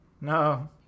No